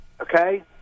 okay